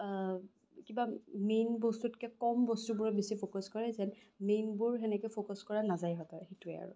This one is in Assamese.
কিবা মেইন বস্তুটোতকে কম বস্তুবোৰত বেছি ফ'কাছ কৰে যেন মেইনবোৰ সেনেকে ফকাচ কৰা নাযায় সিহঁতৰ সেইটোৱে আৰু